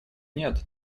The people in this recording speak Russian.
нет